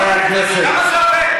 תענה לשאלה, למה אתה לא עונה?